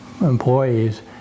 employees